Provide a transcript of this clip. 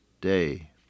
day